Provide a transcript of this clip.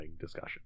discussion